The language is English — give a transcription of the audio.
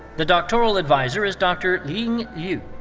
the doctoral adviser is dr. ling yu.